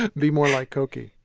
be more like cokie.